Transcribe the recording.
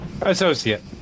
Associate